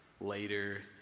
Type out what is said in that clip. later